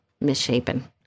misshapen